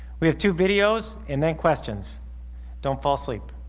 we have two videos and then questions don't fall asleep